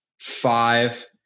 five